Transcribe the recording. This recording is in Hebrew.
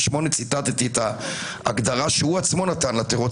ציטטתי את ההגדרה שהוא עצמו נתן לטרור,